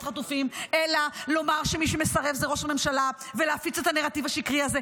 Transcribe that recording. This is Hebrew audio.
חטופים אלא לומר שמי שמסרב זה ראש הממשלה ולהפיץ את הנרטיב השקרי הזה?